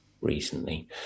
recently